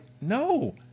no